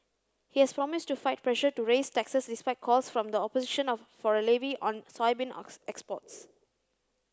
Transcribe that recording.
he has promised to fight pressure to raise taxes despite calls from the opposition of for a levy on soybean exports